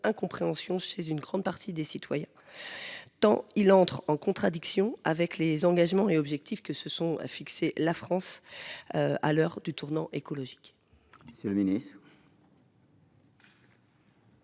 incompréhension chez une grande partie de nos concitoyens, tant il entre en contradiction avec les engagements et les objectifs que s’est fixés la France à l’heure du tournant écologique ? La parole est